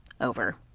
over